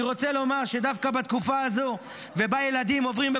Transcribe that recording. אני רוצה לומר שדווקא בתקופה הזו בה ילדים עוברים חרמות